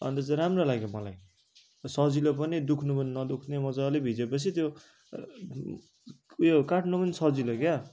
अन्त चाहिँ राम्रो लाग्यो मलाई सजिलो पनि दुख्नु पनि नदुख्ने मजाले भिझे पछि त्यो उयो काट्नु पनि सजिलो क्या